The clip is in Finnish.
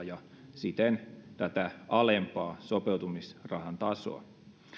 ja siten tätä alempaa sopeutumisrahan tasoa